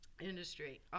industry